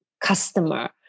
customer